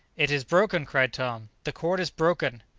it is broken! cried tom the cord is broken!